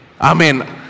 Amen